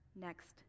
next